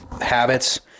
habits